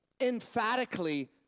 Emphatically